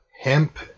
hemp